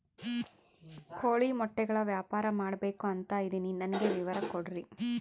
ಕೋಳಿ ಮೊಟ್ಟೆಗಳ ವ್ಯಾಪಾರ ಮಾಡ್ಬೇಕು ಅಂತ ಇದಿನಿ ನನಗೆ ವಿವರ ಕೊಡ್ರಿ?